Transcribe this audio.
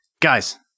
guys